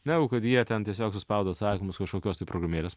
negu kad jie ten tiesiog suspaudo atsakymus kažkokios tai programėlės